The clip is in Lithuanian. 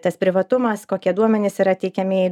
tas privatumas kokie duomenys yra teikiami